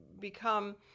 become